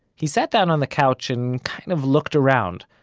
he sat down on the couch, and kind of looked around.